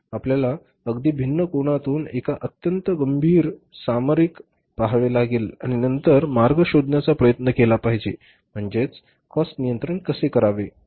आपल्याला अगदी भिन्न कोनातून एका अत्यंत गंभीर कोनातून सामरिक कोनातून पहावे लागेल आणि नंतर मार्ग शोधण्याचा प्रयत्न केला पाहिजे म्हणजेच कॉस्ट नियंत्रण कसे करावे